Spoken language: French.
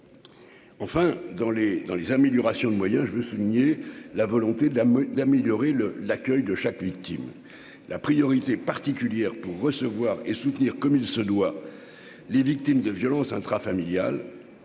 les dans les améliorations de moyens, je veux souligner la volonté de la d'améliorer le l'accueil de chaque victime la priorité particulière pour recevoir et soutenir comme il se doit, les victimes de violences intrafamiliales